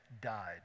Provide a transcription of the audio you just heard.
died